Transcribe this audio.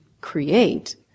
create